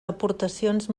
aportacions